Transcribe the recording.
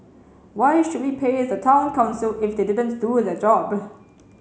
why should we pay the Town Council if they didn't do their job